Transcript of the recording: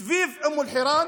מסביב לאום אל-חיראן